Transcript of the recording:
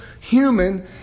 human